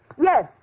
Yes